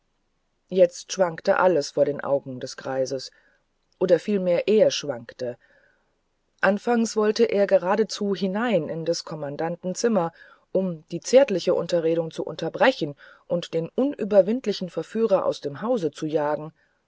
jetzt schwankte alles vor den augen des greises oder vielmehr er schwankte anfangs wollte er geradezu hinein in des kommandanten zimmer um die zärtliche unterredung zu unterbrechen und den unüberwindlichen verführer aus dem hause zu jagen